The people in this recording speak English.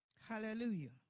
Hallelujah